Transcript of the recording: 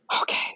Okay